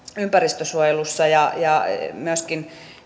ympäristönsuojelussa ja ja myöskin